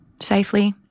safely